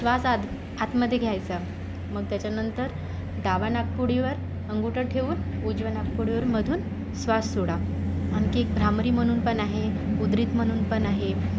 श्वास आत आतमध्ये घ्यायचा मग त्याच्यानंतर डाव्या नाकपुडीवर अंगठा ठेवून उजव्या नाकपुडीवर मधून श्वास सोडा आणखी एक भ्रामरी म्हणून पण आहे उद्रित म्हणून पण आहे